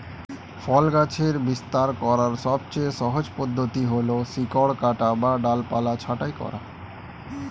ফল গাছের বিস্তার করার সবচেয়ে সহজ পদ্ধতি হল শিকড় কাটা বা ডালপালা ছাঁটাই করা